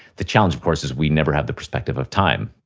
the challenge of course is we never have the perspective of time.